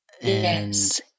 Yes